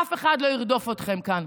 אף אחד לא ירדוף אתכן כאן.